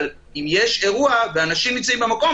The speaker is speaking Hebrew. אבל אם יש אירוע ואנשים נמצאים במקום,